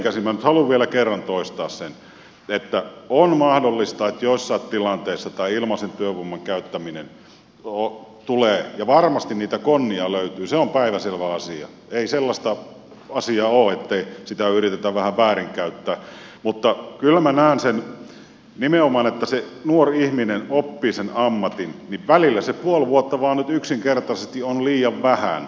minä haluan nyt vielä kerran toistaa sen että on mahdollista että joissain tilanteissa tämä ilmaisen työvoiman käyttäminen tulee varmasti niitä konnia löytyy se on päivänselvä asia ei sellaista asiaa ole ettei sitä yritetä vähän väärinkäyttää mutta kyllä minä näen nimenomaan sen että kun se nuori ihminen oppii sen ammatin niin välillä se puoli vuotta vain nyt yksinkertaisesti on liian vähän